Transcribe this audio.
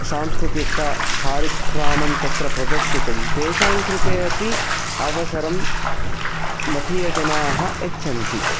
सांस्कृतिका कार्यक्रमं तत्र प्रदर्शितुं तेषां कृते अपि अवसरं मठीय जनाः यच्छन्ति